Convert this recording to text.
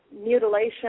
mutilation